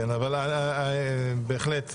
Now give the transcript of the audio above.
בהחלט,